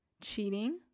Cheating